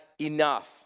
enough